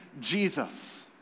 Jesus